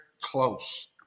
close